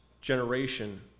generation